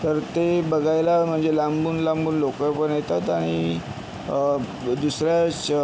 तर ते बघायला म्हणजे लांबून लांबून लोकं पण येतात आणि दुसऱ्या श